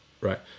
Right